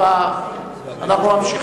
30 בעד, אחד נגד, אין נמנעים.